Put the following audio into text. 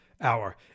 hour